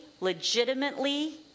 legitimately